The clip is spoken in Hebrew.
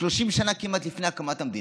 30 שנה כמעט לפני הקמת המדינה.